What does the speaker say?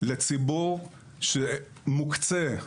לציבור שמוקצה,